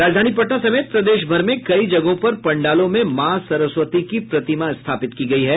राजधानी पटना समेत प्रदेश भर में कई जगहों पर पंडालों में माँ सरस्वती की प्रतिमा स्थापित की गयी है